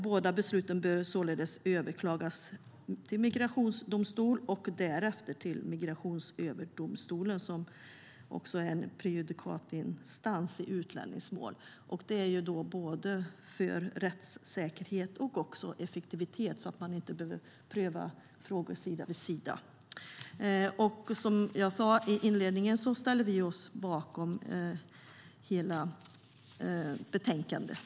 Båda besluten bör således överklagas till migrationsdomstol och därefter till Migrationsöverdomstolen, som är prejudikatinstans i utlänningsmål. På så sätt behöver man inte pröva frågor sida vid sida. Detta gynnar rättssäkerhet och effektivitet. Som jag sa i inledningen ställer vi oss bakom hela betänkandet.